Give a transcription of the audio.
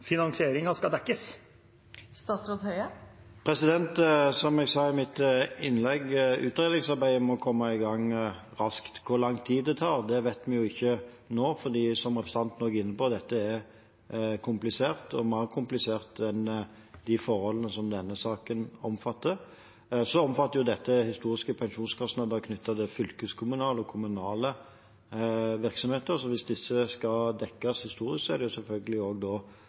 skal dekkes? Som jeg sa i mitt innlegg, må utredningsarbeidet komme i gang raskt. Hvor lang tid det tar, vet vi ikke nå, for, som representanten var inne på, dette er komplisert. Det er mer komplisert enn de forholdene som denne saken omfatter. Så omfatter dette historiske pensjonskostnader knyttet til fylkeskommunale og kommunale virksomheter. Hvis disse skal dekkes historisk, er det selvfølgelig naturlig at det er nettopp kommunene og